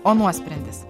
o nuosprendis